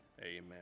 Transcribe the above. Amen